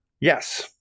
Yes